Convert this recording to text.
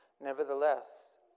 Nevertheless